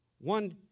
One